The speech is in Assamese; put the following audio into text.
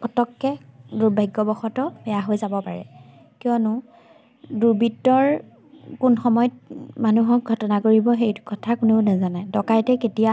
পটককৈ দুৰ্ভাগ্যবশতঃ বেয়া হৈ যাব পাৰে কিয়নো দুৰ্বিত্তৰ কোন সময়ত মানুহক ঘটনা কৰিব সেই কথা কোনেও নাজানে ডকাইতে কেতিয়া